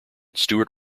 stewart